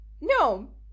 No